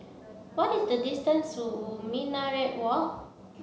what is the distance zoo Minaret Walk